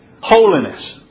holiness